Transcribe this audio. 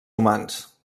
humans